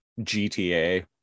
GTA